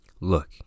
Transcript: Look